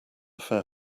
fair